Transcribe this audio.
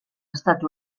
estats